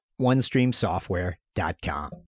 onestreamsoftware.com